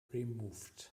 removed